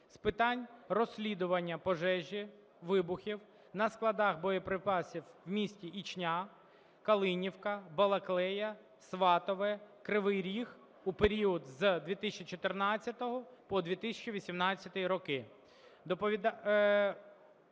з питань розслідування пожежі (вибухів) на складах боєприпасів в місті Ічня, Калинівка, Балаклія, Сватове, Кривий Ріг у період з 2014 по 2018 роки.